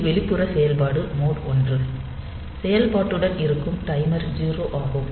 இது வெளிப்புற செயல்பாட்டு மோட் 1 செயல்பாட்டுடன் இருக்கும் டைமர் 0 ஆகும்